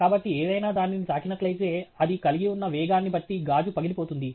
కాబట్టి ఏదైనా దానిని తాకినట్లయితే అది కలిగి ఉన్న వేగాన్ని బట్టి గాజు పగిలిపోతుంది